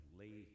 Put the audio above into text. lay